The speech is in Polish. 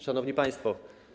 Szanowni Państwo!